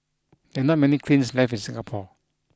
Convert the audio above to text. there are not many kilns left in Singapore